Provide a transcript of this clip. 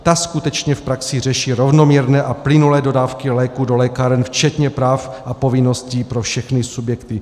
Ta skutečně v praxi řeší rovnoměrné a plynulé dodávky léků do lékáren včetně práv a povinností pro všechny subjekty.